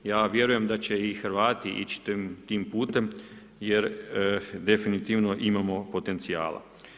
Ja vjerujem da će i Hrvati ići tim putem jer definitivno imamo potencijala.